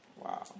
Wow